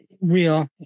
real